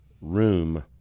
room